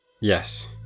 Yes